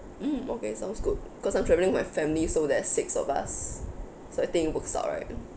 mm okay sounds good cause I'm traveling with my family so there is six of us so I think book out right